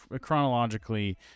Chronologically